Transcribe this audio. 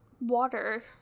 water